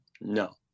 No